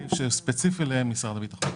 סעיף ספציפי למשרד הביטחון.